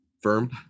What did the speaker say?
firm